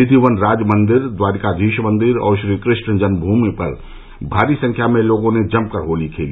निधिवनराज मंदिर द्वारिकाधीश मंदिर और श्रीकृष्ण जन्मभूमि पर भारी संख्या में लोगों ने जमकर होली खेली